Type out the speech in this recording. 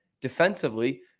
defensively